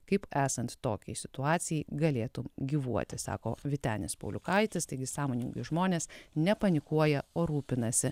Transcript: kaip esant tokiai situacijai galėtum gyvuoti sako vytenis pauliukaitis taigi sąmoningai žmonės nepanikuoja o rūpinasi